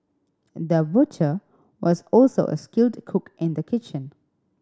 the butcher was also a skilled cook in the kitchen